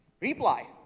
Reply